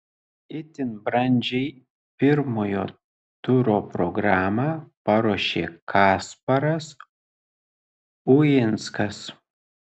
itin brandžiai pirmojo turo programą paruošė kasparas uinskas